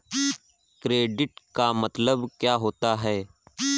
Credit का मतलब क्या होता है?